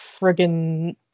friggin